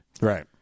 Right